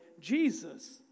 Jesus